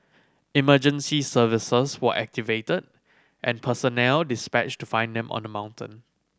emergency services were activated and personnel dispatched to find them on the mountain